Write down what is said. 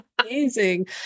amazing